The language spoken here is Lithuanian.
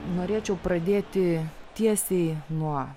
norėčiau pradėti tiesiai nuo